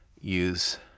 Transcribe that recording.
use